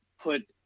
put